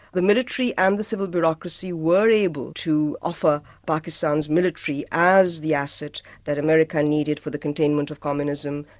the military and the civil bureaucracy were able to offer pakistan's military as the asset that america needed for the containment of communism,